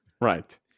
Right